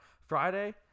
Friday